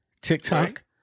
TikTok